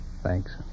Thanks